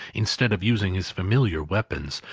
instead of using his familiar weapons,